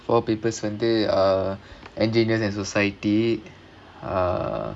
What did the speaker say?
four papers வந்து:vandhu are engineers and society uh